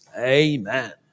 Amen